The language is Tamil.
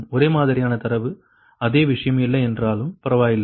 ஒரே மாதிரியான தரவு அதே விஷயம் இல்லையென்றாலும் பரவாயில்லை